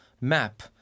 map